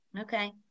Okay